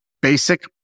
basic